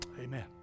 Amen